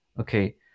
Okay